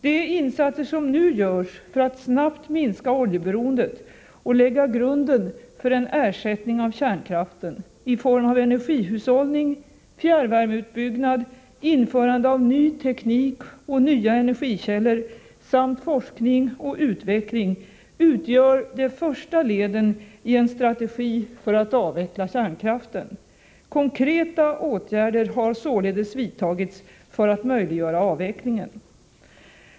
De insatser som nu görs för att snabbt minska oljeberoendet och lägga grunden för en ersättning av kärnkraften i form av energihushållning, fjärrvärmeutbyggnad, införande av ny teknik och nya energikällor samt forskning och utveckling utgör de första leden i en strategi för att avveckla kärnkraften. Konkreta åtgärder har således vidtagits för att möjliggöra avvecklingen.